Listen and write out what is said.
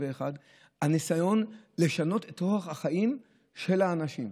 הניסיון לשנות את אורח החיים של האנשים.